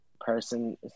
person